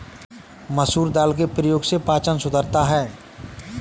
मसूर दाल के प्रयोग से पाचन सुधरता है